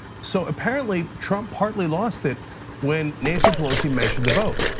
so apparently, trump partly lost it when nancy pelosi mentioned the vote.